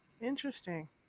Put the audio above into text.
Interesting